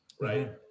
right